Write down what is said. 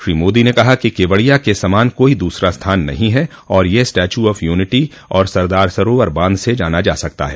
श्री मोदी ने कहा कि केवडिया के समान कोई दूसरा स्थान नहीं है और यह स्टैच्यू ऑफ यूनिटी और सरदार सरोवर बांध से जाना जा सकता है